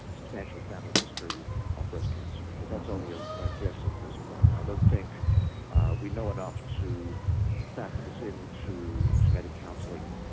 substantial family history of breast cancer, but that's only a guess ah this point. i don't think we know enough to factor this in to genetic counselling